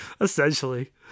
Essentially